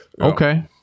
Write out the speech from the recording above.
Okay